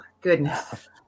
goodness